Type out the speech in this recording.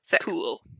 Cool